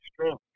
strong